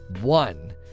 one